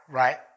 right